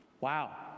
Wow